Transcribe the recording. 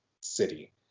city